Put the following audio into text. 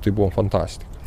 tai buvo fantastika